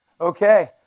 Okay